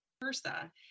versa